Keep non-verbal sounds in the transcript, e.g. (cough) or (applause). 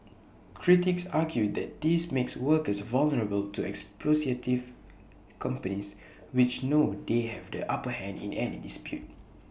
critics argue that this makes workers vulnerable to (unintelligible) companies which know they have the upper hand in any dispute